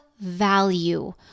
value